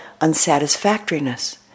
unsatisfactoriness